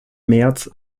märz